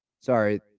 Sorry